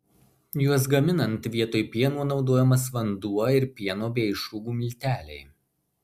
juos gaminant vietoj pieno naudojamas vanduo ir pieno bei išrūgų milteliai